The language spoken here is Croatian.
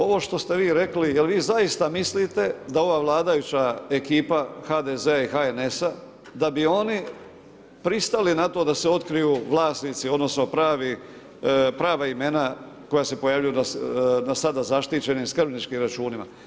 Ovo što ste vi rekli jel vi zaista mislite da ova vladajuća ekipa HDZ-a i HNS-a da bi oni pristali na to da se otkriju vlasnici odnosno prava imena koja se pojavljuju na sada zaštićenim skrbničkim računima?